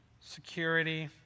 security